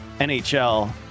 NHL